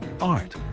art